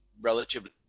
relatively